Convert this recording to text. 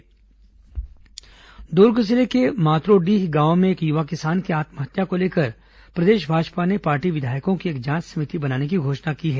किसान आत्महत्या जांच समिति दुर्ग जिले के मातरोडीह गांव में एक युवा किसान की आत्महत्या को लेकर प्रदेश भाजपा ने पार्टी विधायकों की एक जांच समिति बनाने की घोषणा की है